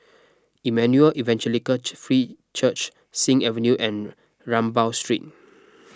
Emmanuel Evangelical Free Church Sing Avenue and Rambau Street